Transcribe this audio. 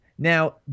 Now